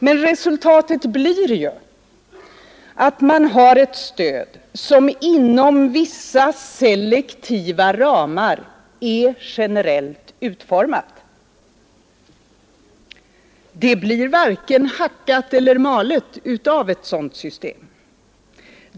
Men resultatet blir att man har ett stöd som inom vissa selektiva ramar är generellt utformat. Det blir varken hackat eller malet av ett sådant system.